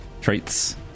traits